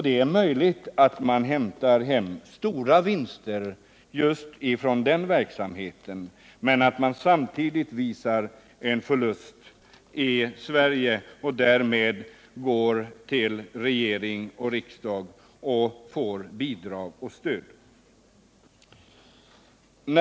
Det är möjligt att man hämtar hem stora vinster från just den verksamheten och samtidigt visar upp en förlust i Sverige och därför får bidrag och stöd från regering och riksdag.